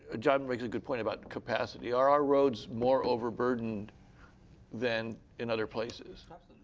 john makes a good point about capacity. are our roads more overburdened than in other places?